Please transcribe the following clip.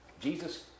Jesus